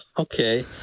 okay